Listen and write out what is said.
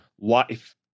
life